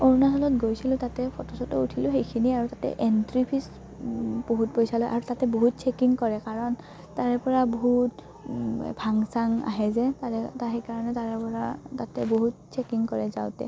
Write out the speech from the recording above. অৰুণাচলত গৈছিলো তাতে ফটো চটো উঠিলো সেইখিনি আৰু তাতে এণ্ট্ৰি ফিজ বহুত পইচা লয় আৰু তাতে বহুত চেকিং কৰে কাৰণ তাৰে পৰা বহুত ভাং চাং আহে যে তাৰে ত সেইকাৰণে তাৰে পৰা তাতে বহুত চেকিং কৰে যাওঁতে